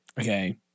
Okay